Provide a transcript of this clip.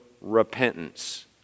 repentance